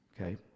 okay